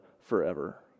forever